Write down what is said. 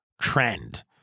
trend